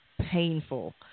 painful